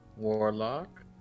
Warlock